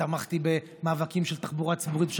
ותמכתי במאבקים של תחבורה ציבורית בשבת,